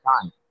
time